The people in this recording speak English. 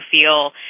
feel